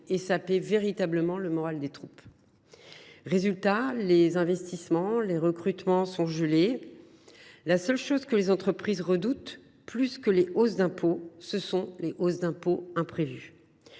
et saper fortement le moral des troupes. Résultat, les investissements et les recrutements sont gelés. La seule chose que les entreprises redoutent plus que les hausses d’impôt, ce sont les hausses d’impôt imprévues,